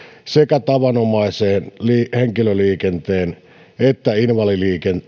sekä tavanomaisen henkilöliikenteen että invalidiliikenteen